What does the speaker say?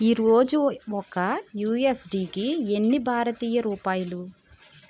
ఈ రోజు ఒక యుఎస్డికి ఎన్ని భారతీయ రూపాయలు